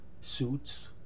suits